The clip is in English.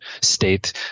state